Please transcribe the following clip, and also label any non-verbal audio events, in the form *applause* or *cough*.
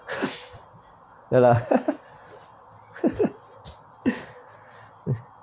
ya lah *laughs*